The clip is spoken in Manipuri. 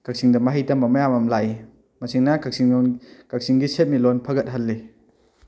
ꯀꯛꯆꯤꯡꯗ ꯃꯍꯩ ꯇꯝꯕ ꯃꯌꯥꯝ ꯑꯃ ꯂꯥꯛꯏ ꯃꯁꯤꯅ ꯀꯥꯛꯆꯤꯡꯒꯤ ꯁꯦꯟꯃꯤꯠꯂꯣꯟ ꯐꯒꯠꯍꯜꯂꯤ